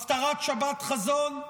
בהפטרת שבת חזון?